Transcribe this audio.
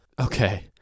Okay